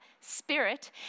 spirit